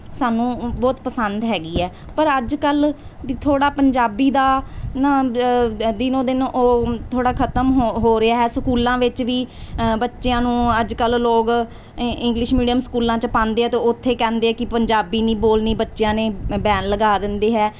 ਸਾਨੂੰ ਬਹੁਤ ਪਸੰਦ ਹੈਗੀ ਹੈ ਪਰ ਅੱਜ ਕੱਲ੍ਹ ਵੀ ਥੋੜ੍ਹਾ ਪੰਜਾਬੀ ਦਾ ਨਾ ਦਿਨੋ ਦਿਨ ਉਹ ਥੋੜ੍ਹਾ ਖਤਮ ਹੋ ਹੋ ਰਿਹਾ ਹੈ ਸਕੂਲਾਂ ਵਿੱਚ ਵੀ ਬੱਚਿਆਂ ਨੂੰ ਅੱਜ ਕੱਲ੍ਹ ਲੋਕ ਇੰਗਲਿਸ਼ ਮੀਡੀਅਮ ਸਕੂਲਾਂ 'ਚ ਪਾਉਂਦੇ ਆ ਅਤੇ ਉੱਥੇ ਕਹਿੰਦੇ ਆ ਕਿ ਪੰਜਾਬੀ ਨਹੀਂ ਬੋਲਣੀ ਬੱਚਿਆਂ ਨੇ ਬੈਨ ਲਗਾ ਦਿੰਦੇ ਹੈ